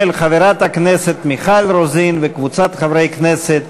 של חברת הכנסת מיכל רוזין וקבוצת חברי כנסת,